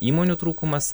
įmonių trūkumas